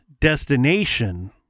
destination